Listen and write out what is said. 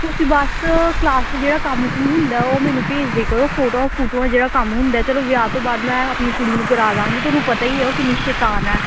ਤੁਸੀਂ ਬਸ ਕਲਾਸ 'ਚ ਜਿਹੜਾ ਕੰਮ ਕੁਮ ਹੁੰਦਾ ਉਹ ਮੈਨੂੰ ਭੇਜ ਦਿਆ ਕਰੋ ਫੋਟੋਆਂ ਫੁਟੋਆਂ ਜਿਹੜਾ ਕੰਮ ਹੁੰਦਾ ਚਲੋ ਵਿਆਹ ਤੋਂ ਬਾਅਦ ਮੈਂ ਆਪਣੀ ਕੁੜੀ ਨੂੰ ਕਰਾ ਦਾਂਗੀ ਤੁਹਾਨੂੰ ਪਤਾ ਹੀ ਆ ਉਹ ਕਿੰਨੀ ਸ਼ੈਤਾਨ ਆ